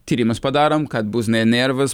tyrimus padarom kad bus ne nervus